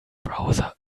browser